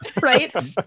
right